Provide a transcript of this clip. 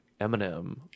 Eminem